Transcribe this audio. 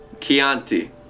Chianti